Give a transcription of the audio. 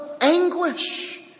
anguish